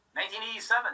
1987